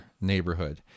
neighborhood